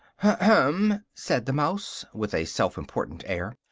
ahem! said the mouse, with a self-important air,